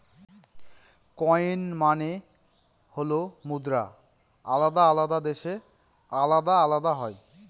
coin মানে হল মুদ্রা আলাদা আলাদা দেশে আলাদা আলাদা হয়